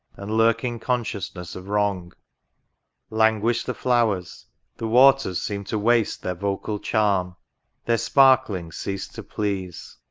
and lurking consciousness of wrong languish the flowers the waters seem to waste their vocal charm their sparklings cease to please.